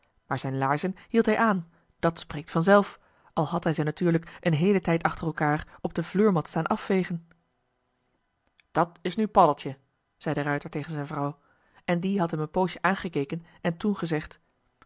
maar zijn laarzen hield hij aan dat spreekt van zelf al had hij ze natuurlijk een heelen tijd achter elkaar op de vloermat staan afvegen dat is nu paddeltje zei de ruijter tegen zijn vrouw en die had hem een poosje aangekeken en toen